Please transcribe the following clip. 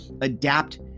adapt